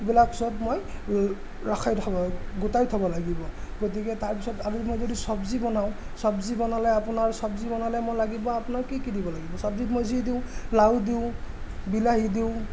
এইবিলাক সব মই ৰখাই থ'ব গোটাই থ'ব লাগিব গতিকে তাৰপিছত আৰু মই যদি চব্জি বনাওঁ চব্জি বনালে আপোনাৰ চব্জি বনালে মোৰ লাগিব আপোনাৰ কি কি দিব লাগিব চব্জিত মই যি দিওঁ লাও দিওঁ বিলাহী দিওঁ